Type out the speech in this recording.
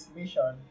mission